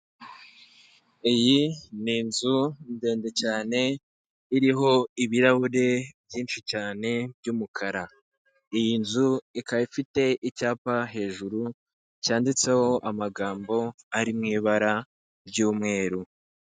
Iyi ni inzu ndende cyane iriho ibirahuri byinshi cyane by'umukara. Iyi nzu ikaba ifite icyapa hejuru cyanditseho amagambo ari mu ibara ry'umweru.